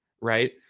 right